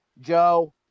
Joe